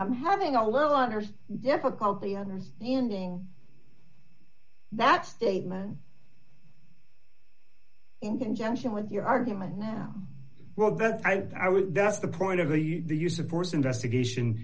i'm having a little honors difficulty understanding that statement in conjunction with your argument now well that i would that's the point of the use of force investigation